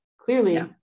clearly